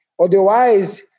Otherwise